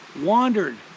wandered